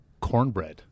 Cornbread